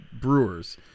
Brewers